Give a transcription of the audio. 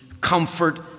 comfort